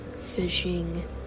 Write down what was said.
fishing